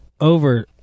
over